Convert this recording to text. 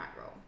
role